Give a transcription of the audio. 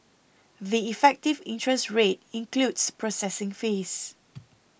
the effective interest rate includes processing fees